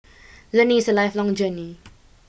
learning is a lifelong journey